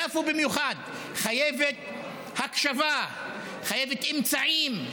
יפו במיוחד חייבת הקשבה, חייבת אמצעים.